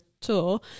tour